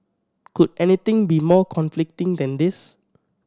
could anything be more conflicting than this